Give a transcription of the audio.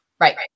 Right